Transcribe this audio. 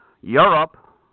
Europe